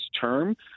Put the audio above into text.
term